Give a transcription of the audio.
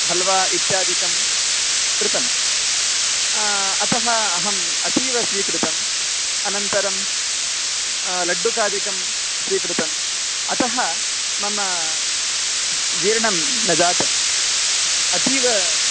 हल्वा इत्यादिकं कृतम् अतः अहम् अतीव स्वीकृतम् अनन्तरं लड्डुकादिकं स्वीकृतम् अतः मम जीर्णं न जातम् अतीव